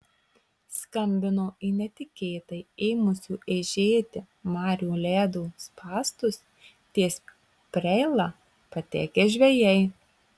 skambino į netikėtai ėmusio eižėti marių ledo spąstus ties preila patekę žvejai